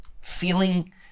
feeling